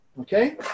Okay